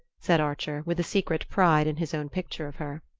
said archer, with a secret pride in his own picture of her.